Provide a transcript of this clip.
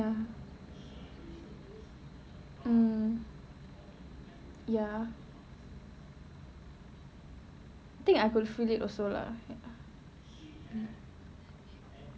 ya mmhmm ya I think I could feel it also lah ya